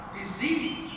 disease